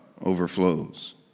overflows